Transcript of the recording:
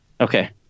Okay